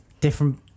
different